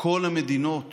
כל המדינות